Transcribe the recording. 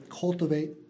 cultivate